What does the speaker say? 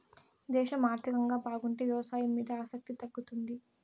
దేశం ఆర్థికంగా బాగుంటే వ్యవసాయం మీద ఆసక్తి తగ్గుతుంది